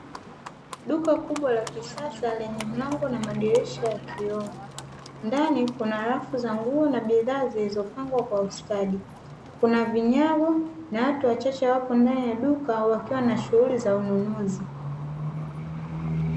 Duka kubwa la kisasa lenye mlango na madirisha ya kioo, ndani kuna rafu za nguo na bidhaa zilizopangwa kwa ustadi, kuna vinyago na watu wachache wapo ndani ya duka wakiwa na shughuli za ununuzi.